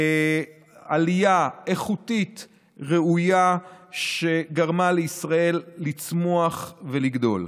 עלייה איכותית ראויה שגרמה לישראל לצמוח ולגדול.